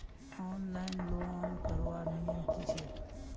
Online loan करवार नियम की छे?